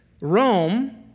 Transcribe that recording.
Rome